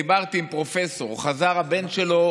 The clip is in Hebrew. דיברתי עם פרופסור שהבן שלו חזר,